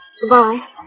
Goodbye